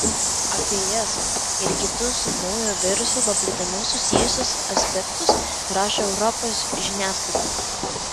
apie jas ir kitus su naujo viruso paplitimu susijusius aspektus rašo europos žiniasklaida